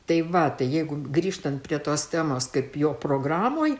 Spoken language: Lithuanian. tai va jeigu grįžtant prie tos temos kaip jo programoj